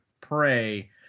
pray